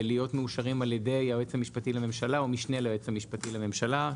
להיות מאושרים על ידי היועץ המשפטי לממשלה או משנה ליועץ המשפטי לממשלה,